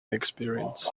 experience